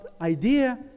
idea